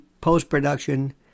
post-production